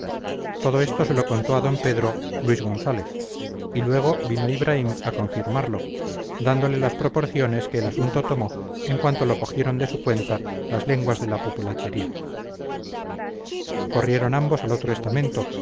todo esto se lo contó a d pedro luis gonzález y luego vino ibraim a confirmarlo dándole las proporciones que el asunto tomó en cuanto lo cogieron de su cuenta las lenguas de la populachería corrieron ambos al otro estamento